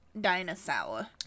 Dinosaur